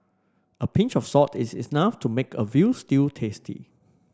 a pinch of salt is enough to make a veal stew tasty